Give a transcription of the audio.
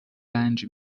رنج